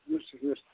yes yes